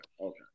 okay